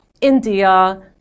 India